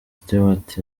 stewart